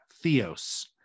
theos